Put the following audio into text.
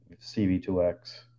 CV2X